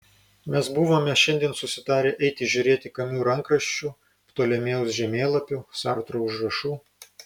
mes buvome šiandien susitarę eiti žiūrėti kamiu rankraščių ptolemėjaus žemėlapių sartro užrašų